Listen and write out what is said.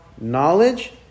knowledge